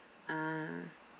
ah